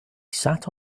sat